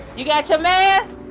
you got your mask.